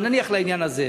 אבל נניח לעניין הזה,